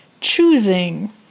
choosing